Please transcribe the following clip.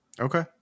Okay